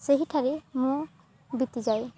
ସେହିଠାରେ ମୁଁ ବିତିଯାଏ